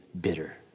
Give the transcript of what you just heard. bitter